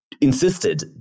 insisted